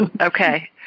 Okay